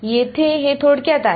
येथे हे थोडक्यात आहे